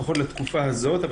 לפחות לתקופה הזאת,